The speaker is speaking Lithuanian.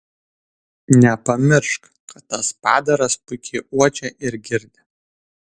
nepamiršk kad tas padaras puikiai uodžia ir girdi